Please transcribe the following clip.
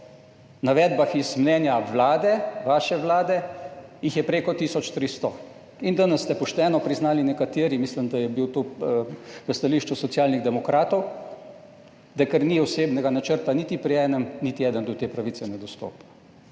navedbah iz mnenja Vlade, vaše Vlade, jih je preko tisoč 300 in danes ste pošteno priznali nekateri, mislim, da je bil tu v stališču Socialnih demokratov, da ker ni osebnega načrta niti pri enem niti eden do te pravice ne dostopa.